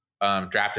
Drafted